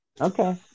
Okay